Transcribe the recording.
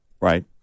Right